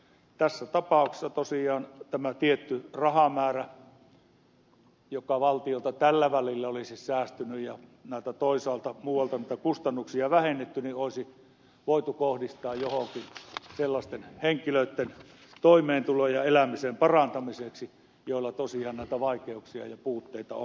tässä tapauksessa tosiaan tämä tietty rahamäärä joka valtiolle tällä välillä olisi säästynyt ja joka toisaalta muualta niitä kustannuksia olisi vähennetty olisi voitu kohdistaa johonkin sellaisten henkilöitten toimeentulon ja elämisen parantamiseksi joilla tosiaan näitä vaikeuksia ja puutteita on